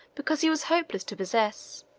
because he was hopeless to possess.